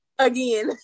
again